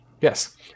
Yes